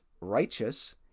righteous